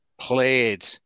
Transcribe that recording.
played